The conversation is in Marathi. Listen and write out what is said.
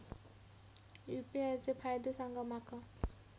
यू.पी.आय चे फायदे सांगा माका?